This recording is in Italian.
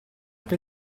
che